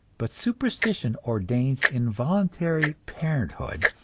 but superstition ordains involuntary parenthood,